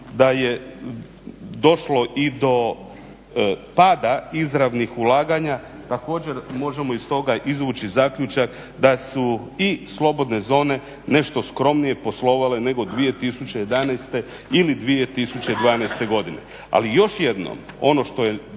da je došlo i do pada izravnih ulaganja, također možemo iz toga izvući zaključak da su i slobodne zone nešto skromnije poslovale nego 2011. ili 2012. godine. Ali još jednom, ono što je